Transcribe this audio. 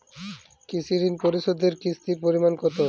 কৃষি ঋণ পরিশোধের কিস্তির পরিমাণ কতো?